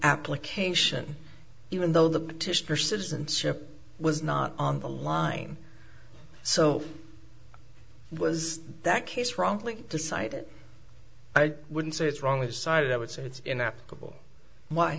application even though the petition for citizenship was not on the line so was that case wrongly decided i wouldn't say it's wrongly decided i would say it's inapplicable why